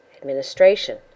administration